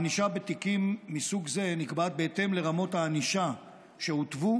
הענישה בתיקים מסוג זה נקבעת בהתאם לרמות הענישה שהותוו